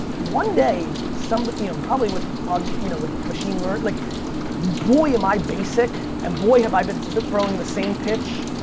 one day some, but you know probably with og, you know with machine-learning like boy am i basic and boy have i been so throwing the same pitch.